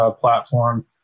platform